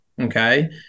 Okay